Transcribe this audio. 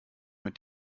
mit